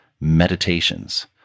Meditations